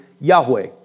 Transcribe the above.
Yahweh